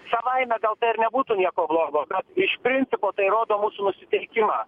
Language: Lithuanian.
savaime gal nebūtų nieko blogo bet iš principo tai rodo mūsų nusiteikimą